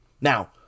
Now